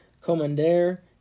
Commander